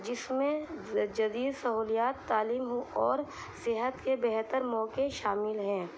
جس میں جدید سہولیات تعلیم اور صحت کے بہتر موقعے شامل ہیں